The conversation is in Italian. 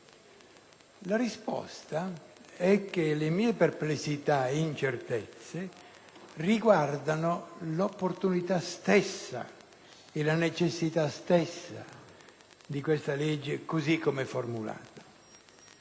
La risposta è che le mie perplessità e incertezze riguardano l'opportunità, la necessità stessa di questa legge, così come è formulata.